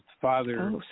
father